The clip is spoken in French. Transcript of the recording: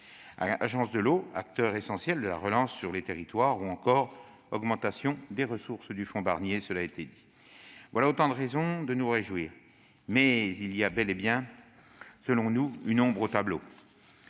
agences de l'eau, acteurs essentiels de la relance sur les territoires ; une augmentation des ressources du fonds Barnier- cela a été dit. Voilà autant de raisons de nous réjouir. Mais il y a bel et bien, selon nous, une ombre au tableau.